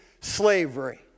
slavery